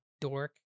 dork